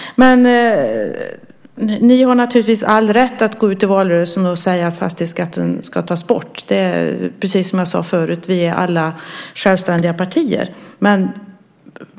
Men ni har naturligtvis all rätt att gå ut i valrörelsen och säga att fastighetsskatten ska tas bort. Precis som jag sade förut är vi alla självständiga partier.